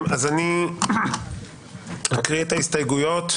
אני אקרא את מספר ההסתייגות,